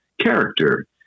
character